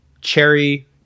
cherry